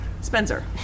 Spencer